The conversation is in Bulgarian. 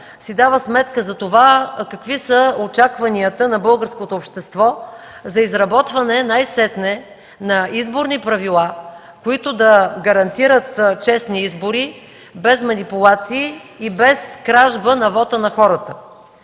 си дава сметка за това какви са очакванията на българското общество за изработване най-сетне на изборни правила, които да гарантират честни избори без манипулации и без кражба на вота на хората;